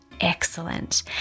excellent